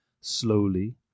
slowly